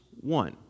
one